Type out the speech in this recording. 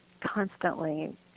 constantly